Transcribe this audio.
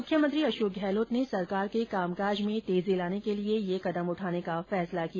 मुख्यमंत्री अशोक गहलोत ने सरकार के कामकाज में तेजी लाने के लिये ये कदम उठाने का फैसला किया